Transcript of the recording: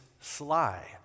sly